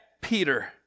Peter